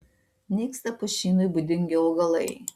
nyksta pušynui būdingi augalai